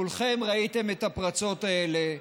כולכם ראיתם את הפרצות האלה.